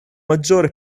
maggiore